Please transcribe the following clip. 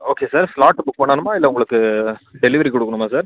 okay sir slot book பண்ணணுமா இல்லை உங்களுக்கு டெலிவரி கொடுக்கணுமா சார்